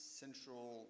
central